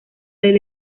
del